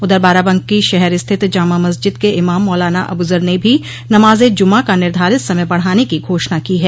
उधर बाराबंकी शहर स्थित जामा मस्जिद के इमाम मौलाना अबुजर ने भी नमाजे जुमा का निर्धारित समय बढ़ाने की घोषणा की है